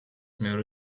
მეორე